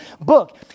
book